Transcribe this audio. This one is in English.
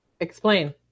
Explain